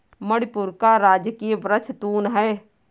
मणिपुर का राजकीय वृक्ष तून है